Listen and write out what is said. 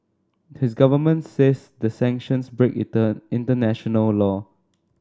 his government says the sanctions break eater international law